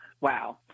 Wow